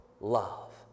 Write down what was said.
love